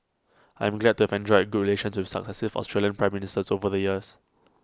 I am glad to have enjoyed good relations with successive Australian Prime Ministers over the years